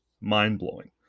mind-blowing